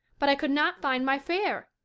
but i could not find my fare.